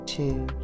two